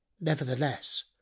Nevertheless